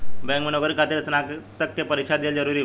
Bank में नौकरी खातिर स्नातक के परीक्षा दिहल जरूरी बा?